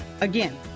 Again